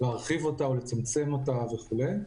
להרחיב אותה או לצמצם אותה וכו'.